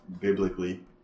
biblically